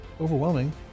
overwhelming